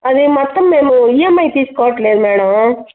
అది మొత్తం మేము ఈఎమ్ఐ తీసుకోవట్లేదు మేడం